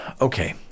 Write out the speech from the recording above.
Okay